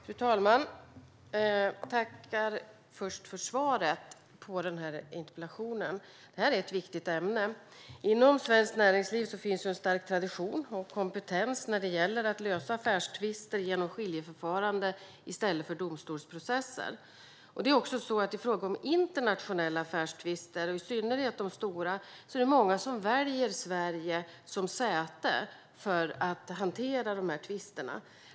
Fru talman! Jag tackar först för svaret på min interpellation. Det här är ett viktigt ämne. Inom svenskt näringsliv finns en stark tradition och kompetens när det gäller att lösa affärstvister genom skiljeförfarande i stället för domstolsprocesser. I fråga om internationella affärstvister, i synnerhet de stora, är det många som väljer Sverige som säte för att hantera tvisterna.